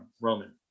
Roman